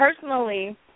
personally